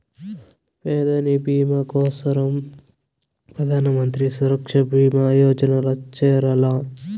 పెదాని బీమా కోసరం ప్రధానమంత్రి సురక్ష బీమా యోజనల్ల చేరాల్ల